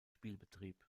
spielbetrieb